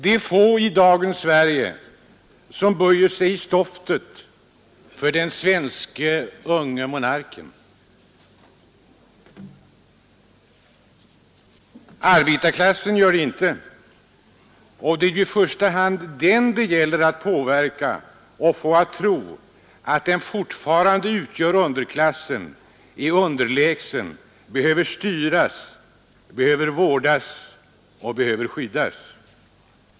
De är få i dagens Sverige som böjer sig i stoftet för den svenske unge monarken. Arbetarklassen gör det inte, och det är ju i första hand den det gäller att påverka och få att tro att den fortfarande utgör ”underklassen”, är ”underlägsen”, behöver ”styras”, ”vårdas” och ”skyddas”.